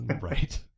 Right